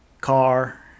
car